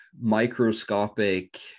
microscopic